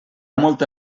molta